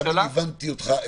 הבנתי אותך.